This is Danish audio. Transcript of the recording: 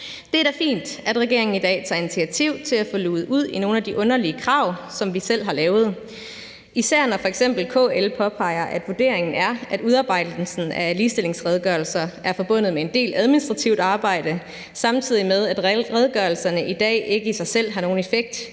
Det er da fint, at regeringen i dag tager initiativ til at få luget ud i nogle af de underlige krav, som vi selv har lavet, især når f.eks. KL påpeger, at vurderingen er, at udarbejdelsen af ligestillingsredegørelser er forbundet med en del administrativt arbejde, samtidig med at redegørelserne i dag ikke i sig selv har nogen effekt